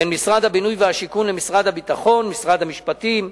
בין משרד הבינוי והשיכון לבין משרד הביטחון ומשרד המשפטים.